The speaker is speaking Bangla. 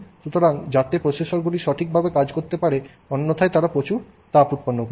সুতরাং যাতে প্রসেসরগুলি সঠিকভাবে কাজ করতে পারে অন্যথায় তারা প্রচুর তাপ উৎপন্ন করবে